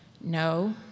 No